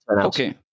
Okay